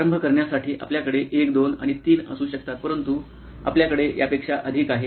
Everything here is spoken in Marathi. प्रारंभ करण्यासाठी आपल्याकडे 1 2 आणि 3 असू शकतात परंतु आपल्याकडे यापेक्षा अधिक आहे